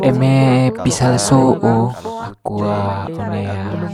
Eme pisa leso ho'o aku one